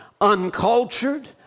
uncultured